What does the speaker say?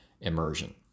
immersion